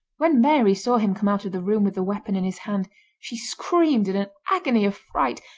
when mary saw him come out of the room with the weapon in his hand she screamed in an agony of fright,